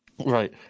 Right